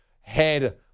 head